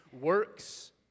works